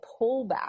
pullback